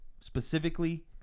specifically